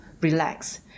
relax